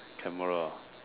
camera ah